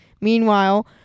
Meanwhile